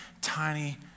tiny